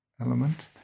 element